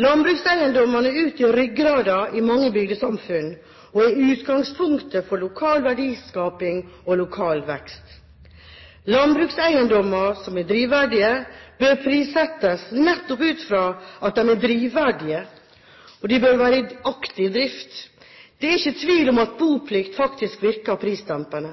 Landbrukseiendommene utgjør ryggraden i mange bygdesamfunn og er utgangspunktet for lokal verdiskaping og lokal vekst. Landbrukseiendommer som er drivverdige, bør prissettes nettopp ut fra at de er drivverdige, og de bør være i aktiv drift. Det er ikke tvil om at boplikt faktisk virker prisdempende.